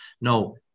no